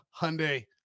Hyundai